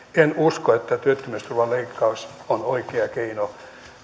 en usko että työttömyysturvan leikkaus on oikea keino